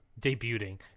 debuting